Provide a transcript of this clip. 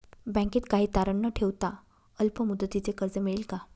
बँकेत काही तारण न ठेवता अल्प मुदतीचे कर्ज मिळेल का?